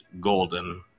golden